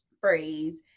phrase